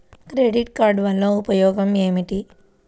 Credit card వల్ల ఉపయోగం ఏమిటీ?